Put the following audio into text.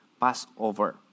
Passover